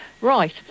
Right